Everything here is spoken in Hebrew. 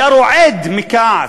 היה רועד מכעס,